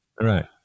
right